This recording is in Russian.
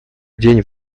день